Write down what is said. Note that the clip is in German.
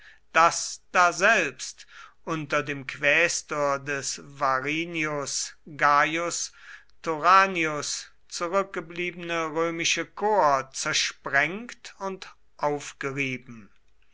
das daselbst unter dem quästor des varinius gaius thoranius zurückgebliebene römische korps zersprengt und aufgerieben